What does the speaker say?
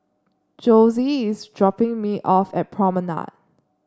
Jose is dropping me off at Promenade